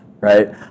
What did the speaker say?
Right